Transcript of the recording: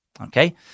Okay